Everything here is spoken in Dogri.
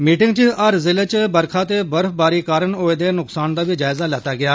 मीटिंग च हर जिले च बरखा ते बर्फबारी कारण होए दे नुकसान दा बी जायज़ा लैता गेआ